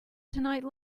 tonight